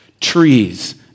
trees